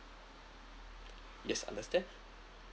yes understand